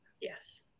yes